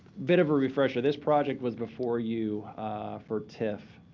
bit of a refresher, this project was before you for tif,